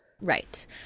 Right